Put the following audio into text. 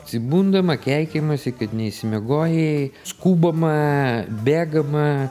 atsibundama keikiamasi kad neišsimiegojai skubama bėgama